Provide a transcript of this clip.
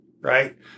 Right